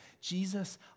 Jesus